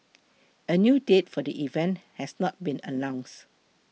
a new date for the event has not been announced